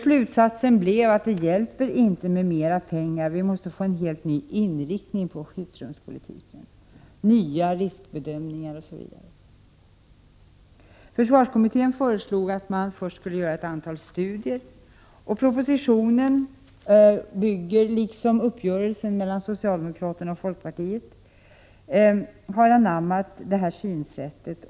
Slutsatsen blev att det inte hjälper med mer pengar — vi måste få en helt ny inriktning på skyddsrumspolitiken, nya riskbedömningar osv. Försvarskommittén föreslog att man först skulle göra ett antal studier. Propositionen bygger på detta synsätt, och uppgörelsen mellan socialdemokraterna och folkpartiet har anammat detta synsätt.